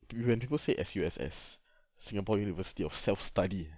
when people say S_U_S_S Singapore university of self study eh